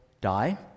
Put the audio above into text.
die